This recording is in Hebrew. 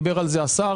דיבר על זה השר.